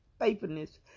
faithfulness